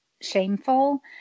shameful